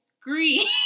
green